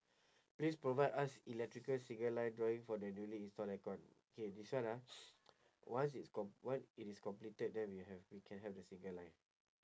please provide us electrical single line drawing for the newly install aircon K this one ah once it's com~ once it is completed then we have we can have the single line